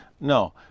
No